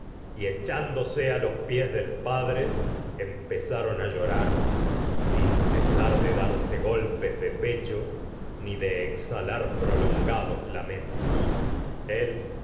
y echándose a los pies del padre em pezaron a de llorar sin cesar de darse golpes de prolongados lamentos pecho ni que exhalar él